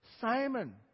Simon